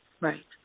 Right